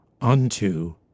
unto